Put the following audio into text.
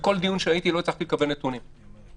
בכל דיון שהייתי לא הצלחתי לקבל נתונים מקצועיים.